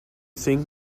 think